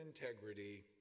integrity